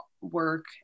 work